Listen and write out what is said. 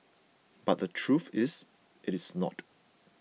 but the truth is it is not